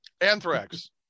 Anthrax